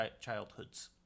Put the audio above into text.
childhoods